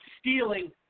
stealing